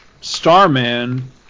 Starman